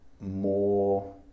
more